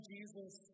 Jesus